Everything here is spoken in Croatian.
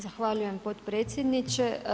Zahvaljujem potpredsjedniče.